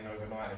overnight